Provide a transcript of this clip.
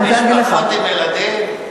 משפחות עם ילדים,